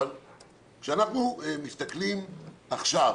כשאנחנו מסתכלים עכשיו